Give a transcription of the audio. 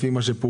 לפי מה שפורסם.